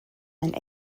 and